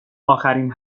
آخرین